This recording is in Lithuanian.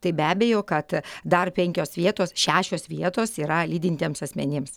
tai be abejo kad dar penkios vietos šešios vietos yra lydintiems asmenims